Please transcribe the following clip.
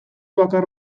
bakar